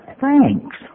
Thanks